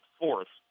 fourth